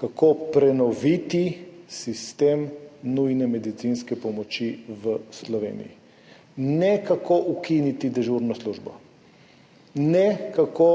kako prenoviti sistem nujne medicinske pomoči v Sloveniji. Ne kako ukiniti dežurno službo, ne kako